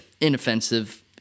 inoffensive